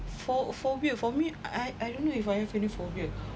for for for me I I don't know if I have any phobia